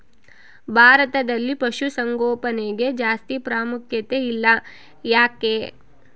ಭಾರತದಲ್ಲಿ ಪಶುಸಾಂಗೋಪನೆಗೆ ಜಾಸ್ತಿ ಪ್ರಾಮುಖ್ಯತೆ ಇಲ್ಲ ಯಾಕೆ?